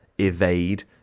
evade